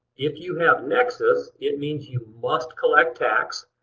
if you have nexus, it means you must collect tax